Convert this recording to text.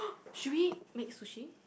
should we make sushi